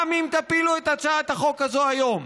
גם אם תפילו את הצעת החוק הזאת היום,